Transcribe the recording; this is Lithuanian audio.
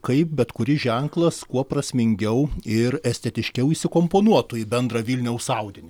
kaip bet kuris ženklas kuo prasmingiau ir estetiškiau įsikomponuotų į bendrą vilniaus audinį